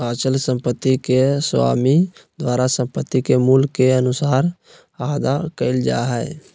अचल संपत्ति के स्वामी द्वारा संपत्ति के मूल्य के अनुसार अदा कइल जा हइ